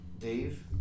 Dave